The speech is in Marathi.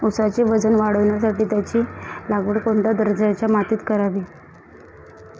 ऊसाचे वजन वाढवण्यासाठी त्याची लागवड कोणत्या दर्जाच्या मातीत करावी?